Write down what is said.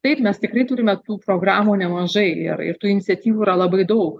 taip mes tikrai turime tų programų nemažai ir ir tų iniciatyvų yra labai daug